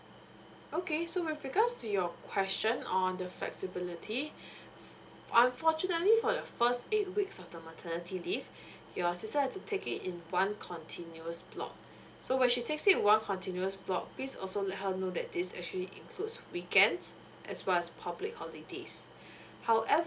okay so with regards to your question on the flexibility unfortunately for the first eight weeks of the maternity leave your sister have to take it in one continuous block so when she takes it in one continuous block please also let her know that this actually includes weekends as well as public holidays however